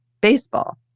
baseball